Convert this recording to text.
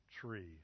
tree